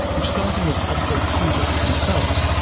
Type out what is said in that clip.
which starting as objets trouves themselves,